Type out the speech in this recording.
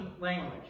language